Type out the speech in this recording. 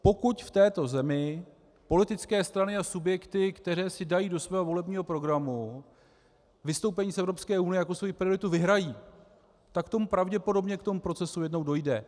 Pokud v této zemi politické strany a subjekty, které si dají do svého volebního programu vystoupení z Evropské unie jako svou prioritu, vyhrají, tak pravděpodobně k tomu procesu jednou dojde.